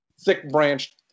thick-branched